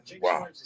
wow